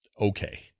okay